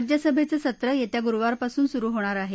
राज्यसभेचं सत्रं येत्या गुरुवापासून सुरु होणार आहे